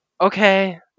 okay